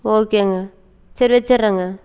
ஓகேங்க சரி வெச்சுட்றேங்க